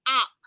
up